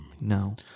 No